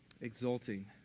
exulting